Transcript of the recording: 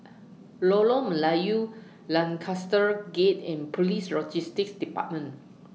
Lorong Melayu Lancaster Gate and Police Logistics department